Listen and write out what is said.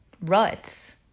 Ruts